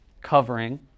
covering